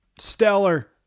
stellar